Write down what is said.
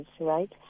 right